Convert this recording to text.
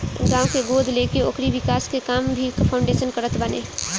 गांव के गोद लेके ओकरी विकास के काम भी फाउंडेशन करत बाने